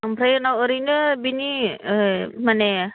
ओमफ्राय उनाव ओरैनो बिनि माने